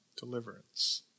deliverance